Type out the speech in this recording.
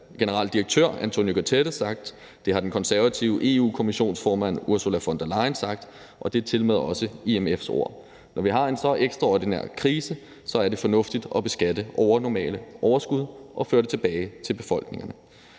generalsekretær, António Guterres, sagt, og det har den konservative europakommissionsformand, Ursula von der Leyen, sagt, og det er tilmed også IMF's ord. Når vi har en så ekstraordinær krise, er det fornuftigt at beskatte overnormale overskud og føre det tilbage til befolkningerne.